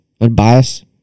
Unbiased